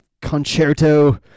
concerto